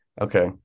okay